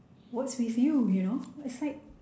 what's with you you know it's like